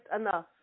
enough